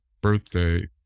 birthday